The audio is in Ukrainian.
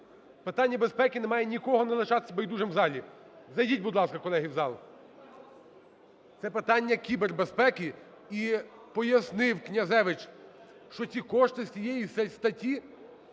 Питання безпеки не має нікого лишати байдужим в залі. Зайдіть, будь ласка, колеги, в зал. Це питання кібербезпеки. І пояснив Князевич, що ці кошти з тієї статті,